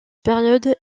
période